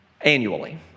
annually